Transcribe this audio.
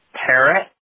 parrot